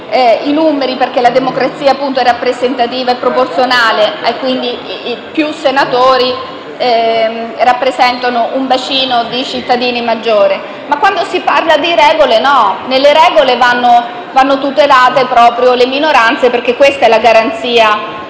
i numeri, perché la democrazia è rappresentativa e proporzionale e quindi più senatori rappresentano un bacino di cittadini maggiore, ma quando si parla di regole, invece, vanno tutelate proprio le minoranze, perché questa è la garanzia